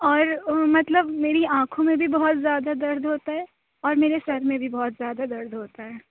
اور آ مطلب میری آنکھوں میں بھی بہت زیادہ درد ہوتا ہے اور میرے سر میں بھی بہت زیادہ درد ہوتا ہے